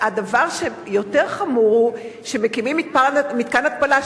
והדבר היותר חמור הוא שמקימים מתקן התפלה,